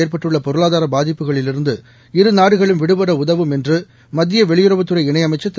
ஏற்பட்டுள்ள பொருளாதார பாதிப்புகளிலிருந்து இருநாடுகளும் விடுபட உதவும் என்று மத்திய வெளியுறவுத்துறை இணையமைச்சர் திரு